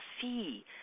see